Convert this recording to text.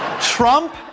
Trump